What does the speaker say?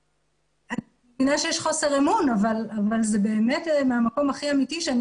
אני מבינה שיש חוסר אמון אבל זה באמת מהמקום הכי אמיתי כשאני